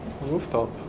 rooftop